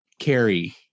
Carrie